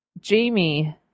Jamie